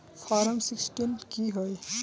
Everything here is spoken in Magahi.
फारम सिक्सटीन की होय?